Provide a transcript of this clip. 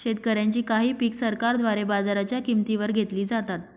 शेतकऱ्यांची काही पिक सरकारद्वारे बाजाराच्या किंमती वर घेतली जातात